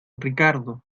ricardo